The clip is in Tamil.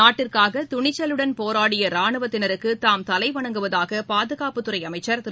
நாட்டிற்காக துணிச்சலுடன் போராடிய ரானுவத்தினருக்கு தாம் தலை வணங்குவதாக பாதுகாப்புத்துறை அமைச்சர் திரு